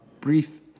brief